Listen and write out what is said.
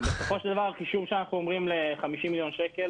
בסופו של דבר החישוב שאנחנו אומרים ל-50 מיליון שקלים